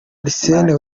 arsene